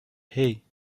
hey